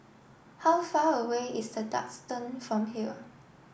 how far away is The Duxton from here